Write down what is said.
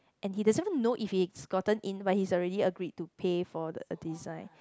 and he doesn't know if he gotten in but he already agree to pay the for a design